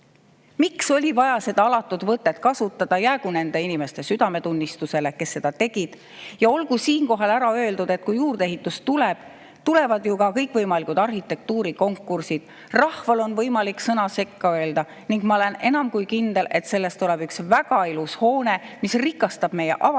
Miks oli vaja seda alatut võtet kasutada? Jäägu see nende inimeste südametunnistusele, kes seda tegid. Ja olgu siinkohal ära öeldud, et kui juurdeehitus tuleb, tulevad ju ka kõikvõimalikud arhitektuurikonkursid. Rahval on võimalik sõna sekka öelda ning ma olen enam kui kindel, et sellest tuleb üks väga ilus hoone, mis rikastab meie avalikku